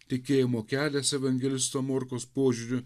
tikėjimo kelias evangelisto morkaus požiūriu